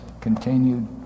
continued